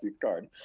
card